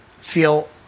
feel